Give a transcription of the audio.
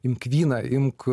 imk vyną imk